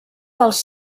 dels